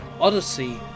Odyssey